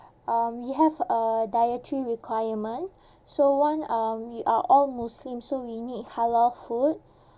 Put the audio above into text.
um we have a dietary requirement so one um we are all muslim so we need halal food